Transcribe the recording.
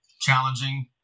challenging